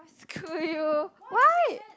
!wah! screw you why